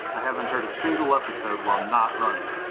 i haven't heard a single episode while not running.